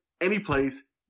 anyplace